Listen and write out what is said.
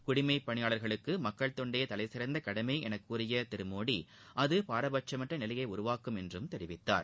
குடிமை பனியாளர்களுக்கு மக்கள் தொண்டே தலைசிறந்த கடனம என கூறிய திரு மோடி அது பாரபட்சமற்ற நிலையை உருவாக்கும் என்று தெரிவித்தார்